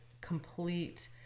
complete